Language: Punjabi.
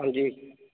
ਹਾਂਜੀ